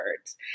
words